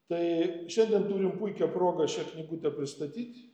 tai šiandien turim puikią progą šią knygutę pristatyt